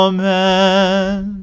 Amen